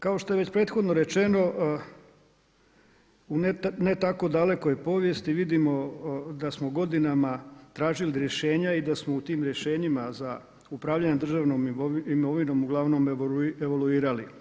Kao što je već prethodno rečeno u ne tako dalekoj povijesti vidimo da smo godinama tražili rješenja i da smo u tim rješenjima za upravljanje državnom imovinom uglavnom uglavnom evaluirali.